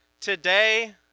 today